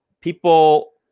People